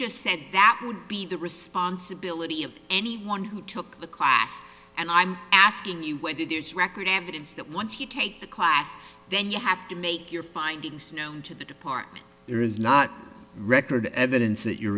said that would be the responsibility of anyone who took the class and i'm asking you what to do is record evidence that once you take the class then you have to make your findings known to the department there is not record evidence that you're